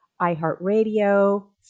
iHeartRadio